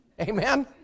Amen